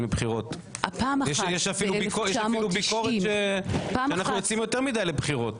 לבחירות יש אפילו ביקורת שאנחנו יוצאים יותר מדי לבחירות.